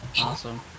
awesome